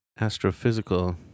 astrophysical